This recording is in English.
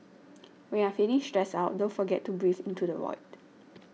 when you are feeling stressed out don't forget to breathe into the void